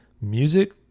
Music